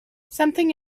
something